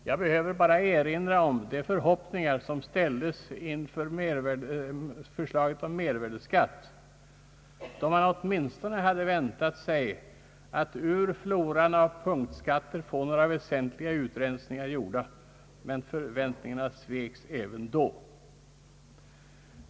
Jag behöver bara erinra om de förhoppningar som ställdes inför förslaget om mervärdeskatt. Man hade åtminstone väntat sig att ur floran av punktskatter få några väsentliga utrensningar gjorda, men förväntningarna sveks även då.